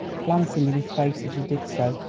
glancing in his face as he did so.